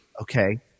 okay